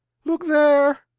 look there,